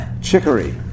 chicory